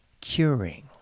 curing